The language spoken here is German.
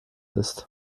ist